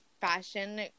fashion